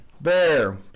Bear